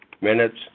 Minutes